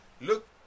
look